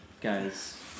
guys